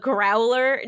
Growler